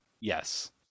yes